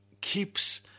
keeps